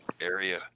area